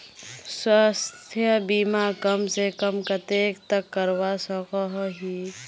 स्वास्थ्य बीमा कम से कम कतेक तक करवा सकोहो ही?